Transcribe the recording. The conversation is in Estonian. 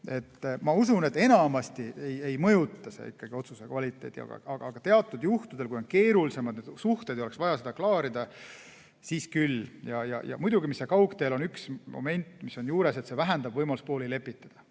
Ma usun, et enamasti ei mõjuta see ikkagi otsuse kvaliteeti, aga teatud juhtudel, kui on keerulisemad asjad ja oleks vaja üht-teist klaarida, siis küll. Ja muidugi üks moment, mis kaugteel on juures: see vähendab võimalust pooli lepitada,